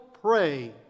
pray